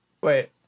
Wait